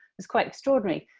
it's quite extraordinary.